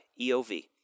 EOV